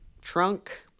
trunk